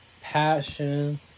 passion